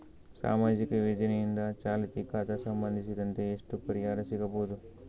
ಸಾಮಾಜಿಕ ಯೋಜನೆಯಿಂದ ಚಾಲತಿ ಖಾತಾ ಸಂಬಂಧಿಸಿದಂತೆ ಎಷ್ಟು ಪರಿಹಾರ ಸಿಗಬಹುದು?